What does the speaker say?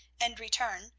and return,